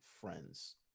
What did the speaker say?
friends